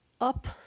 up